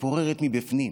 מתפוררת מבפנים.